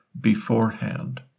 beforehand